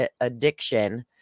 addiction